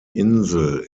insel